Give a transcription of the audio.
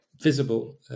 visible